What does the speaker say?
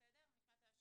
אני מוכן להתנדב,